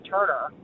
Turner